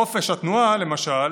חופש התנועה, למשל,